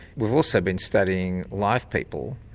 we've also been studying live people.